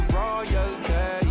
royalty